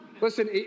Listen